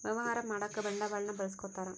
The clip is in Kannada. ವ್ಯವಹಾರ ಮಾಡಕ ಬಂಡವಾಳನ್ನ ಬಳಸ್ಕೊತಾರ